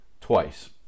twice